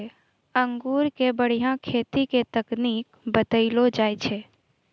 अंगूर के बढ़िया खेती के तकनीक बतइलो जाय छै